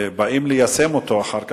ובאים ליישם אותו אחר כך,